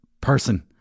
person